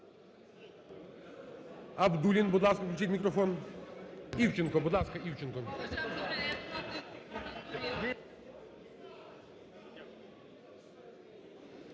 Дякую.